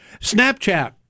Snapchat